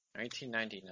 1999